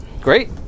great